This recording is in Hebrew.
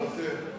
מוותר.